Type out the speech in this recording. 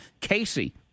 Casey